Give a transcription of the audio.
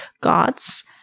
gods